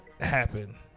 happen